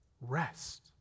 rest